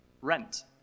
rent